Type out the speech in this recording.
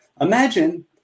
imagine